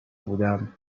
بودم